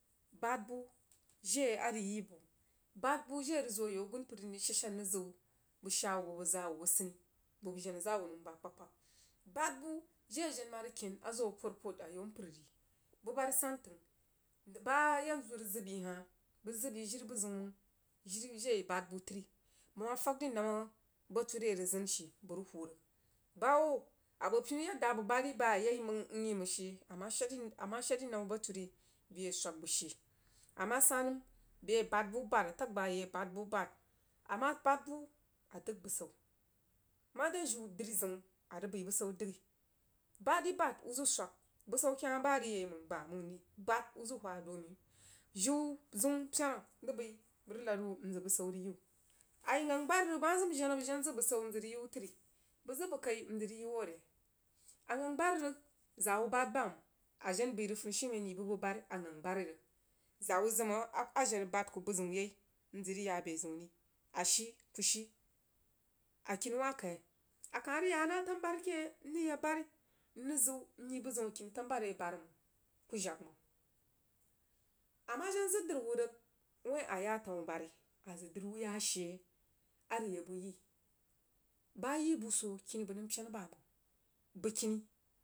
bahd buh jire a rig ziu ayau agunpər mrig shad-shar mrig ziu bəg shaa wuh bəg zaa wuh adini buh bəg jenah zaa wuh nəm aba kpagkpag bahd jire a jen mah rig ken zoh wuh por-pod ayau npar ri buh barí santəng bah yanzu rig zəb yi hah bəg zəb yi jiri buh zəun mang jiri jie a yi bahd buh tri bəg mah fag drí nammah bature a yī rig zən she bəg rig huu rig bah hubba a bo pinu yadda a bəg bahd dri biyaimand nyi mang she a mah shad dri a mah shad dru nammah bature bəi a swag bəg shei a mah sah nəm bəi a bahd buh bahhd a tag bəg a yi a bahd buh bahd a mah bahd buh a dəg busau mare jiu dri zəin a rig bəi busau dəghi bahd dri bahd wuh zəg swag busan keh mah bari yai mang bamang ri bahd wuh zəg wha jiri kaimang jiu zəun pyena rig bəi bəg rig lad wuh nzəg busau rig yi wuh a yi shang bari rig bəg zəm jen a bəg jen zəg busau nzag rig yiwu tri bəg zəg bəg ki mzəg rig yi wuh re? A ghang bari rig zaa wuh bahd bam a jen bəi rig dunishumen yo bəg buh bari a ghang bari rig zaa wuh zəm a jen rig bahd kuh buh ziun yai mzəg rig yah a bəa ziun ri a shii kuh shii akini wah kai? A kah mah rig ya nah tanubari keh mrig yak bari mrig ziu hyi buh zəun akini tanubari a ya bari mang kuh jag mang a mah jen zəg dri wuh rig wuin a yah tanubari a zəg dri wuh yah she a rig yak buh yii bəh yi buh swoh kini bəg pyena bamang bəgkini.